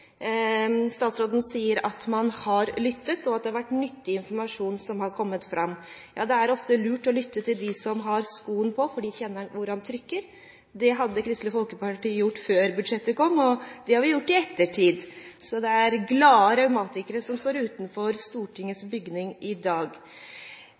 Statsråden sier at man har lyttet, og at det har vært nyttig informasjon som har kommet fram. Ja, det er ofte lurt å lytte til dem som har skoen på, for de kjenner hvor den trykker. Det gjorde Kristelig Folkeparti før budsjettet kom, og det har vi gjort i ettertid. Det er glade revmatikere som står utenfor Stortingets